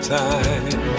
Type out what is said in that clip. time